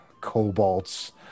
Cobalts